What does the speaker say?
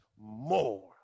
more